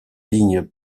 ligne